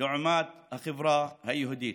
לעומת החברה היהודית.